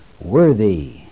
worthy